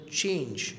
change